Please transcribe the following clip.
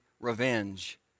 revenge